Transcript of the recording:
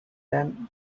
then